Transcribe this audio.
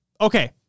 okay